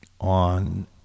on